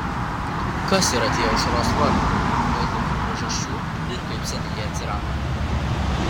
kas yra tie aušros vartai dėl kokių priežasčių ir kaip seniai jie atsirado